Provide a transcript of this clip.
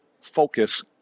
focus